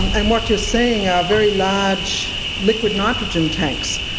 and what you're seeing are very large liquid nitrogen tanks,